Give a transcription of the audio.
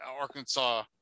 Arkansas